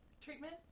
treatment